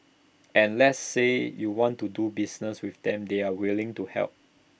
and let's say you want to do business with them they are willing to help